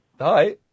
Hi